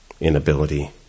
inability